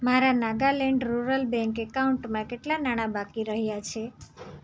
મારા Nagaland rural bank એકાઉન્ટમાં કેટલાં નાણાં બાકી રહ્યાં છે